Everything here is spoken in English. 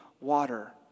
water